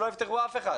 זה שלא יפתחו אף אחד.